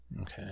Okay